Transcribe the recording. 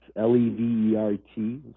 L-E-V-E-R-T